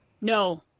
no